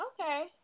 Okay